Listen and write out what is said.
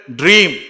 dream